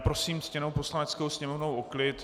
Prosím ctěnou Poslaneckou sněmovnu o klid.